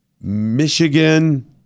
michigan